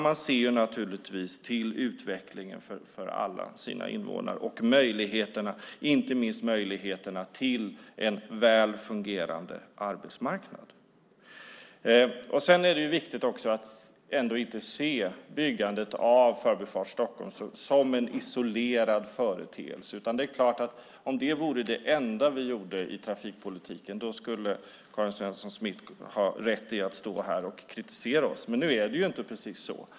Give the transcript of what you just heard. Man ser naturligtvis till utvecklingen för alla sina invånare och inte minst möjligheterna till en väl fungerande arbetsmarknad. Det är också viktigt att inte se byggandet av Förbifart Stockholm som en isolerad företeelse. Om det vore det enda vi gjorde i trafikpolitiken är det klart att Karin Svensson Smith skulle ha rätt att stå här och kritisera oss. Men nu är det inte precis så.